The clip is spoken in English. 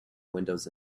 windows